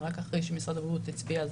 ורק אחרי שמשרד הבריאות הצביע זה